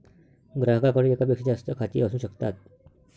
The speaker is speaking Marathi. ग्राहकाकडे एकापेक्षा जास्त खाती असू शकतात